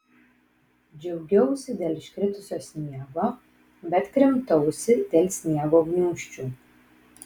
džiaugiausi dėl iškritusio sniego bet krimtausi dėl sniego gniūžčių